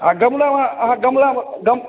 आओर गमलामे अहाँ गमलामे गम